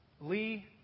Lee